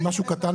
משהו קטן,